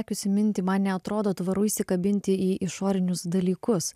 tokius įminti man neatrodo tvaru įsikabinti į išorinius dalykus